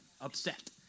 upset